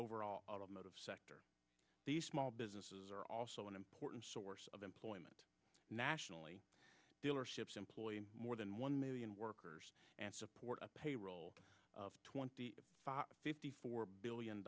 overall automotive sector the small businesses are also an important source of employment nationally dealerships employing more than one million workers and support a payroll of twenty fifty four billion